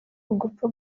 ugupfa